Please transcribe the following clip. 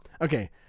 Okay